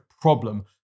problem